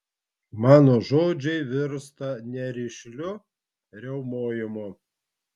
mano žodžiai virsta nerišliu riaumojimu